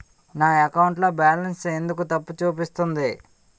నా అకౌంట్ లో బాలన్స్ ఎందుకు తప్పు చూపిస్తుంది?